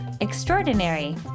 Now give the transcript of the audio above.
extraordinary